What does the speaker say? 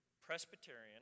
Presbyterian